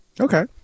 okay